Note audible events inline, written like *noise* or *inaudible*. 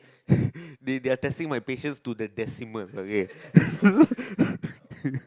*laughs* they they are testing my patience to the decimal okay *laughs*